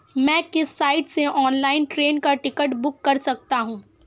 मैं किस साइट से ऑनलाइन ट्रेन का टिकट बुक कर सकता हूँ?